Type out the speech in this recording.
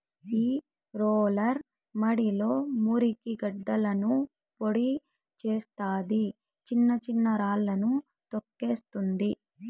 ఈ రోలర్ మడిలో మురికి గడ్డలను పొడి చేస్తాది, చిన్న చిన్న రాళ్ళను తోక్కేస్తుంది